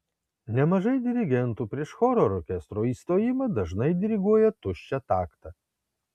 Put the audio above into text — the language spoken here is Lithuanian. nemažai dirigentų prieš choro ar orkestro įstojimą dažnai diriguoja tuščią taktą